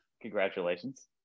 Congratulations